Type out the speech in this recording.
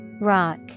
Rock